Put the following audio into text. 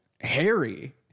Harry